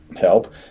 help